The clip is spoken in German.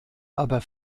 aber